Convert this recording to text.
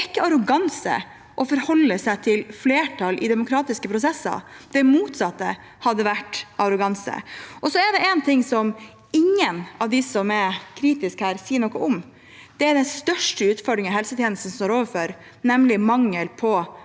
Det er ikke arroganse å forholde seg til flertall i demokratiske prosesser. Det motsatte hadde vært arroganse. Og så er det én ting som ingen av de som er kritiske her, sier noe om: Det er den største utfordringen helsetjenesten står overfor, nemlig mangel på